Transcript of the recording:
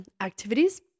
activities